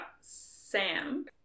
Sam